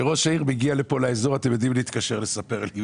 כשראש העיר מגיע לאזור אתם יודעים להתקשר כדי לספר לי.